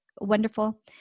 wonderful